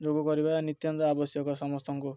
ଯୋଗ କରିବା ନିତ୍ୟାନ୍ତ ଆବଶ୍ୟକ ସମସ୍ତଙ୍କୁ